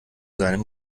seinem